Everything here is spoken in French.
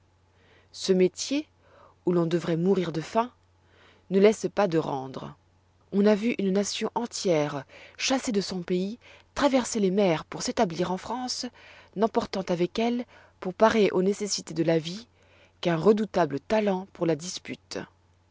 ce métier où l'on devroit mourir de faim ne laisse pas de rendre on a vu une nation entière chassée de son pays traverser les mers pour s'établir en france n'emportant avec elle pour parer aux nécessités de la vie qu'un redoutable talent pour la dispute